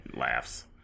laughs